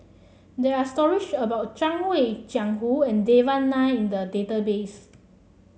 there are stories about Zhang Hui Jiang Hu and Devan Nair in the database